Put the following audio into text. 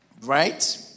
right